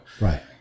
Right